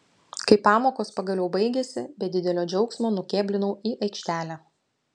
kai pamokos pagaliau baigėsi be didelio džiaugsmo nukėblinau į aikštelę